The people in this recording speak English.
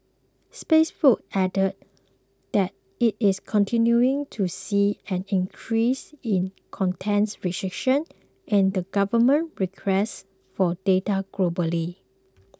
Facebook added that it is continuing to see an increase in contents restrictions and government requests for data globally